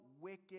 wicked